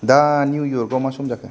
दा न्यु यर्काव मा सम जाखो